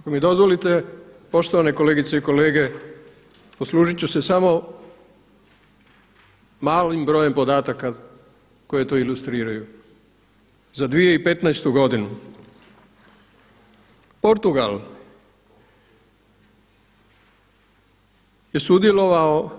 Ako mi dozvolite poštovane kolegice i kolege poslužit ću se samo malim brojem podataka koji to ilustriraju za 2015. godinu Portugal je sudjelovao